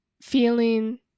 feeling